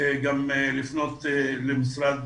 גם לפנות למשרד